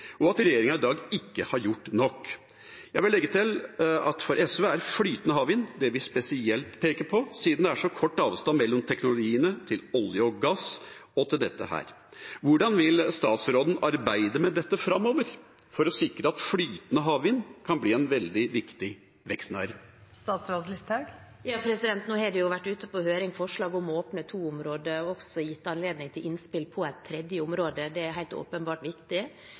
og at regjeringa i dag ikke har gjort nok. Jeg vil legge til at for SV er flytende havvind det vi spesielt peker på, siden det er så kort avstand mellom teknologiene til olje og gass og til dette. Hvordan vil statsråden arbeide med dette framover for å sikre at flytende havvind kan bli en veldig viktig vekstnæring? Nå har det jo vært ute på høring forslag om å åpne to områder, og det er også gitt anledning til innspill på et tredje område. Det er helt åpenbart viktig.